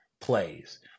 plays